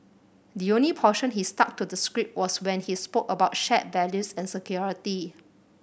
the only portion he stuck to the script was when he spoke about shared values and security